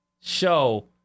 Show